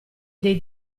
dei